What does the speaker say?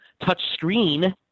Touchscreen